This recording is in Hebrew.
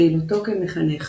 פעילותו כמחנך